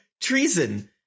treason